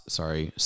sorry